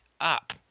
up